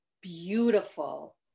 beautiful-